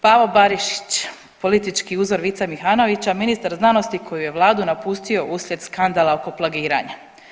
Pavo Barišić, politički uzor Vice Mihanovića, ministar znanosti koji je vladu napustio uslijed skandala oko plagiranja.